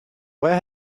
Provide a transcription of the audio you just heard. where